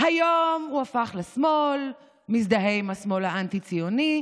היום הוא הפך לשמאל, מזדהה עם השמאל האנטי-ציוני.